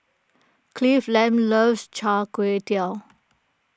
Cleveland loves Char Kway Teow